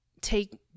take